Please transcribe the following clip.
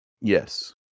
Yes